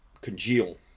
congeal